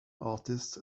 artist